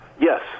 Yes